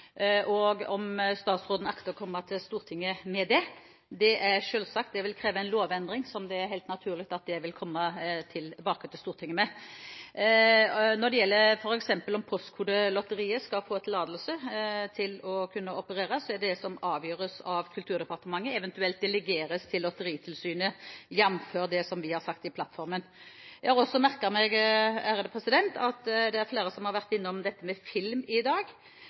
og om statsråden akter å komme til Stortinget med det. Det er selvsagt – det vil kreve en lovendring, som det er helt naturlig at en vil komme tilbake til Stortinget med. Når det gjelder om f.eks. Postkodelotteriet skal få tillatelse til å kunne operere, er det noe som avgjøres av Kulturdepartementet, eventuelt delegeres til Lotteritilsynet, jf. det som vi har sagt i regjeringsplattformen. Jeg har også merket meg at det er flere som har vært innom film i dag.